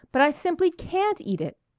but i simply can't eat it.